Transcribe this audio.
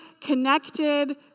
connected